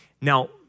Now